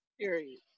Period